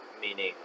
meaning